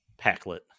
Packlet